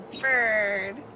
bird